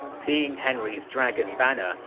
seeing henry's dragon banner,